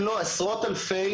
אם לא עשרות אלפי,